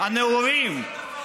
הנאורים,